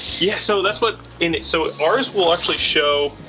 yes so that's what in it so ours will actually show,